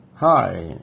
Hi